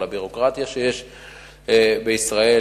על הביורוקרטיה שיש בישראל,